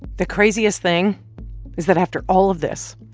the craziest thing is that after all of this,